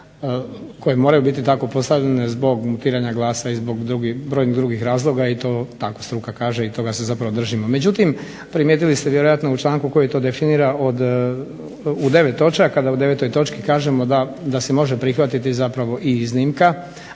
koje moraju biti tako postavljene zbog mutiranja glasa, i zbog brojnih drugih razloga i to tako struka kaže, i toga se zapravo držimo. Međutim primijetili ste vjerojatno u članku koji to definira od, u 9 točaka, da u 9. točki kažemo da se može prihvatiti zapravo i iznimka,